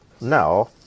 Now